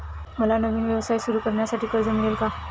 मला नवीन व्यवसाय सुरू करण्यासाठी कर्ज मिळेल का?